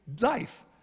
life